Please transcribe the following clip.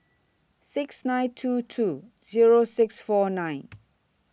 six nine two two Zero six four nine